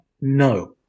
no